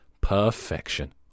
Perfection